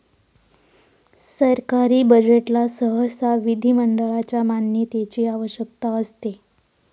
सरकारी बजेटला सहसा विधिमंडळाच्या मान्यतेची आवश्यकता असते